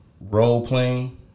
role-playing